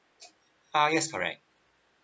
uh yes correct